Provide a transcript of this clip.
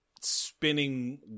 spinning